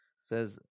Says